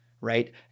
right